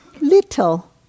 little